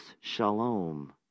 shalom